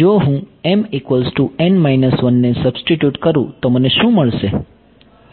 જો હું ને સબ્સ્ટીટ્યુટ કરું તો મને શું મળશે